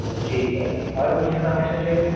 جی sir اور کچھ information چاہیے سر